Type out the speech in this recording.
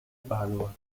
padova